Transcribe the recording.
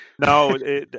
No